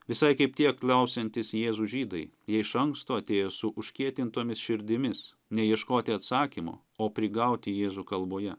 visai kaip tie klausiantys jėzų žydai jie iš anksto atėjo su užkietintomis širdimis ne ieškoti atsakymo o prigauti jėzų kalboje